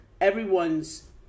everyone's